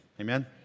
Amen